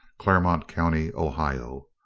claremont county, ohio.